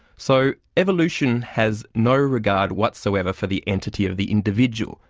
so evolution has no regard whatsoever for the entity of the individual,